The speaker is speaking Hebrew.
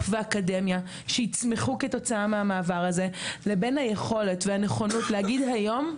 ואקדמיה שיצמיחו כתוצאה מהמעבר הזה לבין היכולת והנכונות להגיד היום: